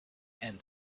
and